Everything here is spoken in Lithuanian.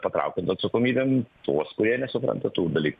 patraukiant atsakomybėn tuos kurie nesupranta tų dalykų